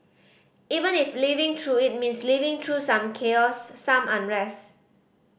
even if living through it means living through some chaos some unrest